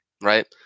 right